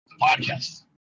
podcast